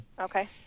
Okay